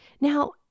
Now